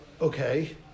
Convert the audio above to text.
Okay